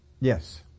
Yes